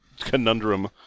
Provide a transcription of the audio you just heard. conundrum